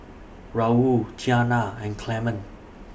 Raul Tianna and Clement